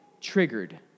triggered